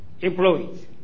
employees